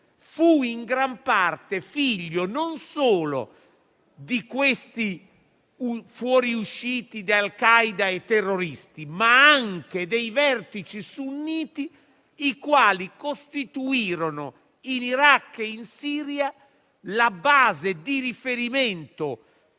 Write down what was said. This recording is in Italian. fu in gran parte figlio non solo di quei fuoriusciti di Al Qaeda e dei terroristi, ma anche dei vertici sunniti che costituirono in Iraq e in Siria la base di riferimento